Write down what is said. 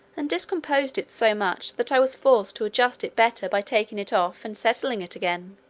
and discomposed it so much that i was forced to adjust it better by taking it off and settling it again